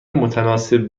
متناسب